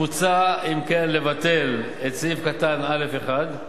מוצע, אם כן, לבטל את סעיף קטן (א1)